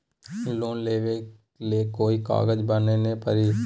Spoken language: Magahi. लोन लेबे ले कोई कागज बनाने परी?